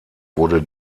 wurde